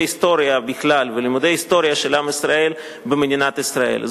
היסטוריה בכלל ולימודי היסטוריה של עם ישראל במדינת ישראל.